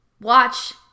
watch